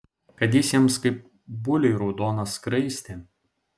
kad jis jiems kaip buliui raudona skraistė